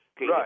Right